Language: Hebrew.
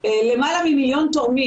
איתנו היום ואנחנו כמובן מברכים אותם.